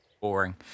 boring